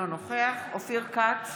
אינו נוכח אופיר כץ,